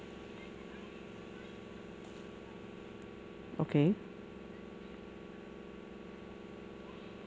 okay